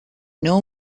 know